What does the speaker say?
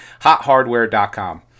HotHardware.com